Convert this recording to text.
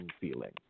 feeling